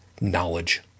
knowledge